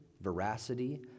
veracity